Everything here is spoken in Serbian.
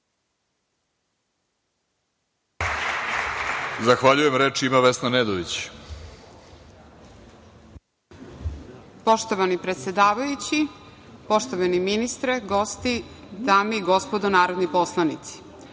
Vesna Nedović. **Vesna Nedović** Poštovani predsedavajući, poštovani ministre, gosti, dame i gospodo narodni poslanici,